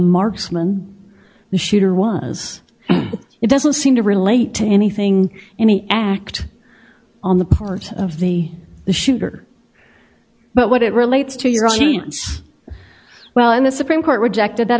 marksman the shooter was it doesn't seem to relate to anything any act on the part of the shooter but what it relates to your scene well in the supreme court rejected that